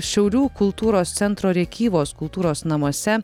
šiaulių kultūros centro rėkyvos kultūros namuose